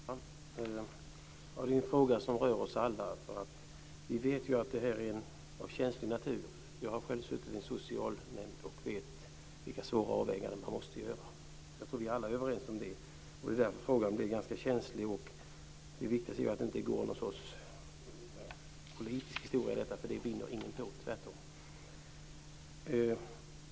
Fru talman! Det här är en fråga som rör oss alla. Vi vet också att den är av känslig natur. Jag har själv suttit i en socialnämnd och vet vilka svåra avväganden man där måste göra. Jag tror att vi alla är överens på den punkten. Eftersom frågan är ganska känslig är det viktigt att den inte får en politisk vinkling. Det vinner ingen på - tvärtom.